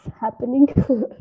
happening